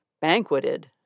Banqueted